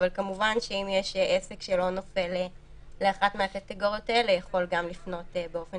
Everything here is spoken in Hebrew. אבל כמובן עסק שלא נופל לאחת מהקטגוריות האלה יכול גם לפנות באופן